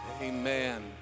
Amen